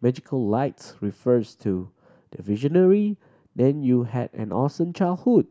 magical lights refers to the Visionary then you had an awesome childhood